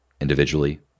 individually